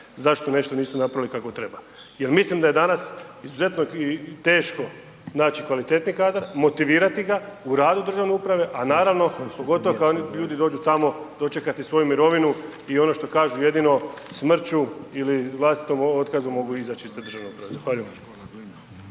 zašto nešto nisu napravili kako treba. Jer mislim da je danas izuzetno i teško naći kvalitetniji kadar, motivirati ga u radu državne uprave, a naravno pogotovo kada oni ljudi dođu tamo, dočekati svoju mirovinu i ono što kažu jedinu, smrću ili vlastitom otkazom mogu izaći iz državnog …/Govornik se